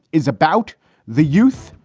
is about the youth,